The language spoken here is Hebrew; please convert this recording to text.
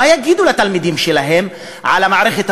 מה יגידו לתלמידים שלהם על המערכת הפוליטית?